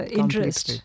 interest